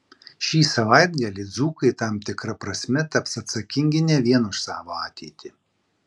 šį savaitgalį dzūkai tam tikra prasme taps atsakingi ne vien už savo ateitį